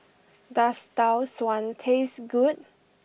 does Tau Suan taste good